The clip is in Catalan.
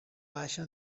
baixa